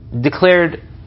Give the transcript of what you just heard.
Declared